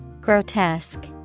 Grotesque